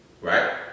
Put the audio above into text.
right